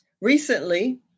Recently